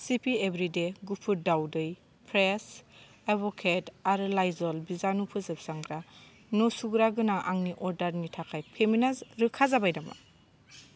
सि P everyday गुफुर दाउदै fresh' avocado आरो लाइजल बिजानु फोजोबस्रांग्रा न' सुग्रा गोनां आंनि अर्डारनि थाखाय पेमेन्टना रोखा जाबाय नामा